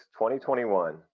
2021